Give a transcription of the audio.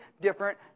different